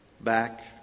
back